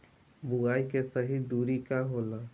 बुआई के सही दूरी का होला?